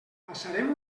passarem